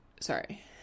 sorry